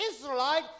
Israelite